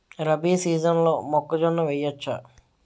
రబీ సీజన్లో మొక్కజొన్న వెయ్యచ్చా?